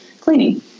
cleaning